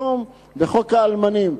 בחוק האלמנים.